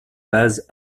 base